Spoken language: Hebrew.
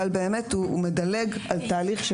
אבל הוא באמת מדלג על תהליך,